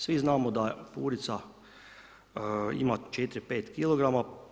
Svi znamo da je purica ima 4, 5 kilograma.